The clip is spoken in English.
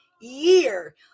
year